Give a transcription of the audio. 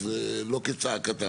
אז לא כצעקתה,